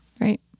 Right